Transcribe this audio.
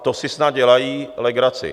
To si snad dělají legraci.